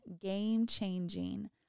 game-changing